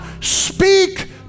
Speak